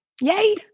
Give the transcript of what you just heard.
yay